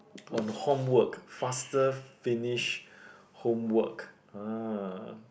on homework faster finish homework ah